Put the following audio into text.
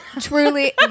truly